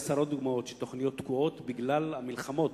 עשרות דוגמאות לכך שתוכניות תקועות בגלל המלחמות